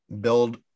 build